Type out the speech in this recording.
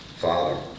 Father